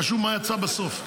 חשוב מה יצא בסוף.